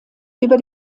über